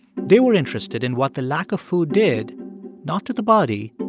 they were interested in what the lack of food did not to the body,